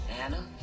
Anna